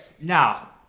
Now